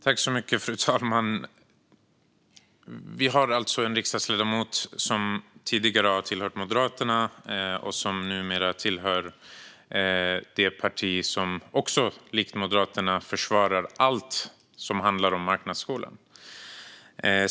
Fru talman! Vi har alltså en riksdagsledamot som tidigare har tillhört Moderaterna och som numera tillhör ett parti som likt Moderaterna försvarar allt som handlar om marknadsskolan.